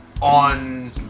on